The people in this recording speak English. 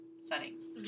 settings